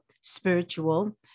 spiritual